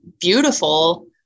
beautiful